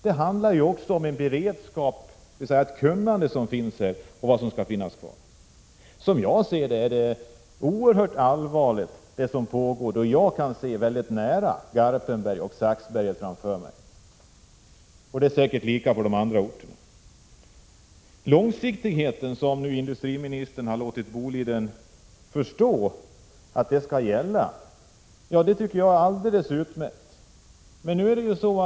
Det handlar också om vad som skall finnas kvar av kunnande. Det är oerhört allvarligt det som jag ser pågå på nära håll, i Garpenberg och Saxberget, och det är säkert likadant på andra orter. Industriministern har nu låtit Boliden förstå att det är långsiktighet som skall gälla. Det är alldeles utmärkt.